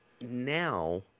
now